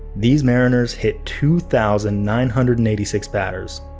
these mariners hit two thousand nine hundred and eighty six batters,